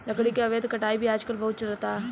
लकड़ी के अवैध कटाई भी आजकल बहुत चलता